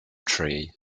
tree